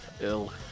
Ill